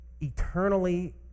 eternally